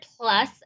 plus